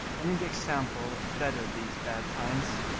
and in the example better these bad times.